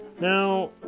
Now